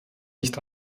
nicht